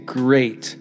great